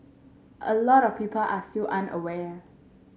a lot of people are still unaware